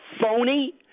phony